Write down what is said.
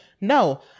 no